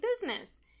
business